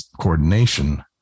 coordination